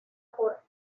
por